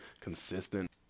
consistent